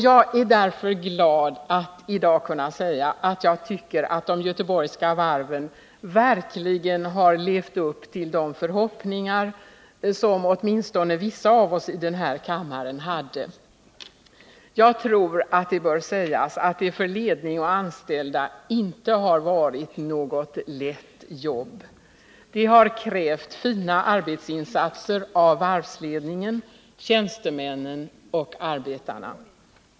Jag är därför glad att i dag kunna säga att jag tycker att de göteborgska varven verkligen levt upp till de förhoppningar som åtminstone vissa av oss i den här kammaren hade. Jag tror att det bör sägas att det för ledning och anställda inte har varit något lätt jobb. Det har krävt fina arbetsinsatser av varvsledningen, tjänstemännen och arbetarna.